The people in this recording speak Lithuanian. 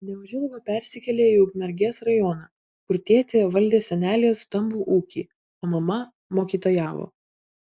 neužilgo persikėlė į ukmergės rajoną kur tėtė valdė senelės stambų ūkį o mama mokytojavo